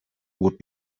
would